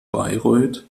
bayreuth